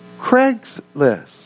Craigslist